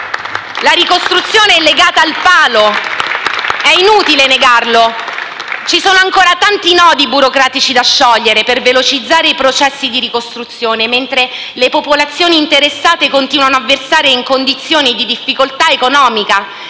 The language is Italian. La ricostruzione è legata al palo: è inutile negarlo. Ci sono ancora tanti nodi burocratici da sciogliere per velocizzare i processi di ricostruzione, mentre le popolazioni interessate continuano a versare in condizioni di difficoltà economica